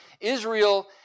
Israel